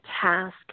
task